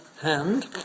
hand